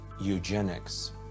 eugenics